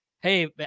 hey